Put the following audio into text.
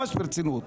ממש ברצינות,